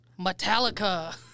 Metallica